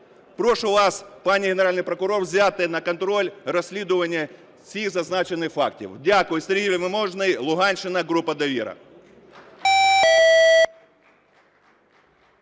Прошу вас, пані Генеральний прокурор, взяти на контроль розслідування всіх зазначених фактів. Дякую. Сергій Вельможний, Луганщина, група "Довіра".